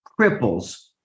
cripples